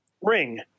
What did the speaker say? ring